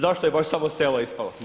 Zašto je baš samo selo ispalo?